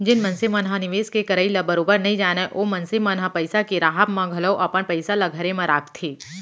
जेन मनसे मन ह निवेस के करई ल बरोबर नइ जानय ओ मनसे मन ह पइसा के राहब म घलौ अपन पइसा ल घरे म राखथे